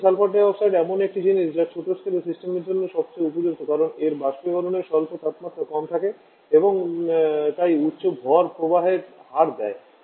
বিপরীতে sulphur dioxide এমন একটি জিনিস যা ছোট স্কেল সিস্টেমের জন্য সবচেয়ে উপযুক্ত কারণ এতে বাষ্পীকরণের স্বল্প তাপমাত্রা কম থাকে এবং তাই উচ্চ ভর প্রবাহের হার দেয়